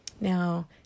Now